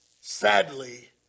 sadly